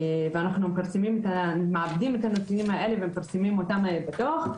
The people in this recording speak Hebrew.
ואנחנו מעבדים את הנתונים האלה ומפרסמים אותם בדו"ח.